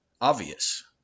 obvious